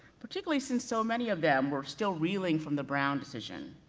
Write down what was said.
particularly since so many of them were still reeling from the brown decision.